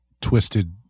twisted